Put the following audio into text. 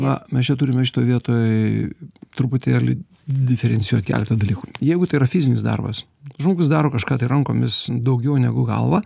na mes čia turime šitoj vietoj truputėlį diferencijuot keletą dalykų jeigu tai yra fizinis darbas žmogus daro kažką tai rankomis daugiau negu galva